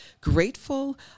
grateful